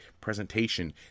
presentation